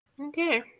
okay